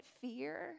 fear